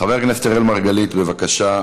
חבר הכנסת אראל מרגלית, בבקשה.